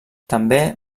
també